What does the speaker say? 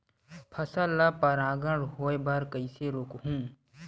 फसल ल परागण होय बर कइसे रोकहु?